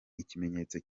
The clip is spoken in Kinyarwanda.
ikimenyetso